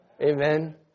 amen